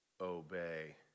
Obey